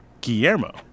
Guillermo